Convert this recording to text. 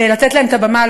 לתת להם את הבמה,